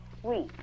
sweet